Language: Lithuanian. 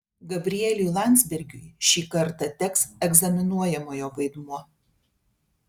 gabrieliui landsbergiui šį kartą teks egzaminuojamojo vaidmuo